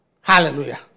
Hallelujah